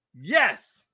yes